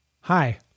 Hi